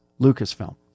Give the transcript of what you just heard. Lucasfilm